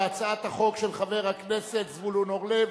להצעת החוק של חבר הכנסת זבולון אורלב.